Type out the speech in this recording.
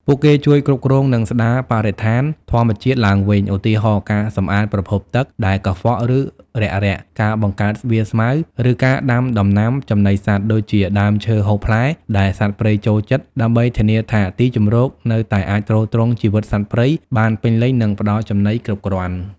ពួកគេជួយគ្រប់គ្រង និងស្ដារបរិស្ថានធម្មជាតិឡើងវិញ ឧទាហរណ៍ ការ សម្អាតប្រភពទឹក ដែលកខ្វក់ ឬរាក់រាក់ ការបង្កើតវាលស្មៅ ឬការដាំដំណាំចំណីសត្វ ដូចជាដើមឈើហូបផ្លែដែលសត្វព្រៃចូលចិត្ត ដើម្បីធានាថាទីជម្រកនៅតែអាចទ្រទ្រង់ជីវិតសត្វព្រៃបានពេញលេញ និងផ្ដល់ចំណីគ្រប់គ្រាន់។